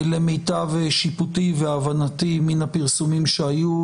למיטב שיפוטי והבנתי מין הפרסומים שהיו,